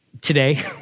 today